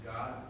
God